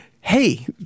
hey